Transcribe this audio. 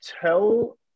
tell